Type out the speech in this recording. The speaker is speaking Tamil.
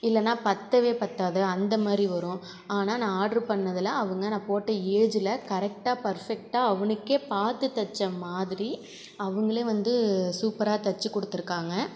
இல்லனா பத்தவே பத்தாது அந்த மாரி வரும் ஆனால் நான் ஆர்டர் பண்ணதுல அவங்க நான் போட்ட ஏஜ்ல கரெக்ட்டாக பர்ஃபெக்ட்டாக அவனுக்கே பார்த்து தச்ச மாதிரி அவங்களே வந்து சூப்பராக தச்சி கொடுத்துருக்காங்க